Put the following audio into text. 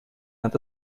and